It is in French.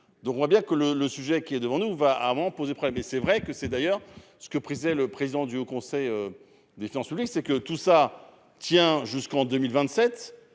Donc on voit bien que le le sujet qui est devant nous va avant poser problème et c'est vrai que c'est d'ailleurs ce que prédisaient le président du Haut Conseil. Des finances publiques, c'est que tout ça tient jusqu'en 2027,